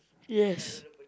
yes